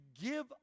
give